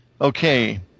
Okay